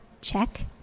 check